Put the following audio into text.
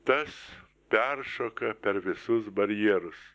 tas peršoka per visus barjerus